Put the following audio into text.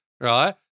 right